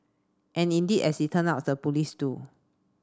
and indeed as it turn out the police do